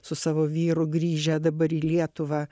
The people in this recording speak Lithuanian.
su savo vyru grįžę dabar į lietuvą